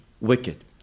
wicked